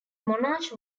monarch